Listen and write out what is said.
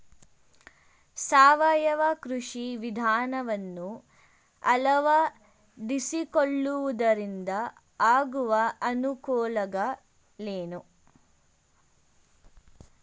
ಸಾವಯವ ಕೃಷಿ ವಿಧಾನವನ್ನು ಅಳವಡಿಸಿಕೊಳ್ಳುವುದರಿಂದ ಆಗುವ ಅನುಕೂಲಗಳೇನು?